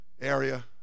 area